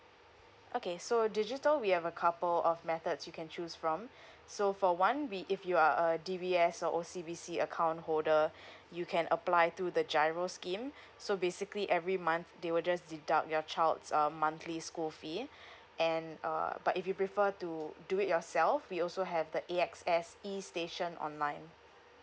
okay so digital we have a couple of methods you can choose from so for one we if you are a D_B_S or O_C_B_C account holder you can apply to the GIRO scheme so basically every month they will just deduct your child's uh monthly school fee and uh but if you prefer to do it yourself we also have the A_X_S e station online